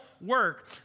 work